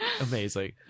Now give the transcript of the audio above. Amazing